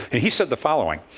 and he said the following,